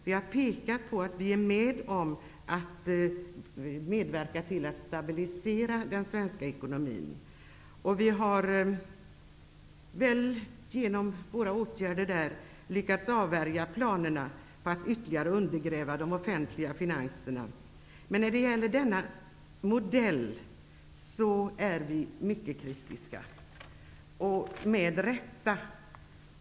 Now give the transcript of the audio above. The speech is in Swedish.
Vi pekar på att vi är med på att medverka till en stabilisering av den svenska ekonomin. Genom våra åtgärder har vi nog lyckats avvärja planerna på att ytterligare undergräva de offentliga finanserna. Men när det gäller denna modell är vi mycket kritiska -- och det med rätta.